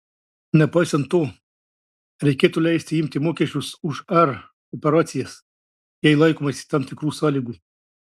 nepaisant to reikėtų leisti imti mokesčius už r operacijas jei laikomasi tam tikrų sąlygų